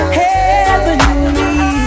heavenly